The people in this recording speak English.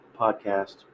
podcast